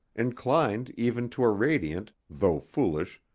inclined even to a radiant, though foolish,